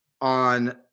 On